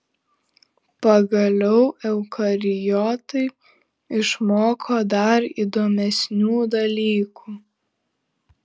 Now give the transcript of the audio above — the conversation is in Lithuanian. pagaliau eukariotai išmoko dar įdomesnių dalykų